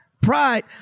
Pride